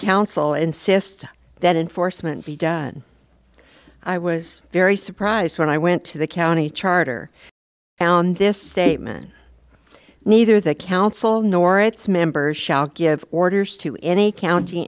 council insist that enforcement be done i was very surprised when i went to the county charter found this statement neither the council nor its members shall give orders to any county